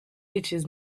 itches